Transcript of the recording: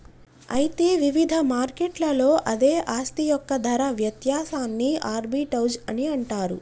అయితే వివిధ మార్కెట్లలో అదే ఆస్తి యొక్క ధర వ్యత్యాసాన్ని ఆర్బిటౌజ్ అని అంటారు